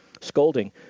scolding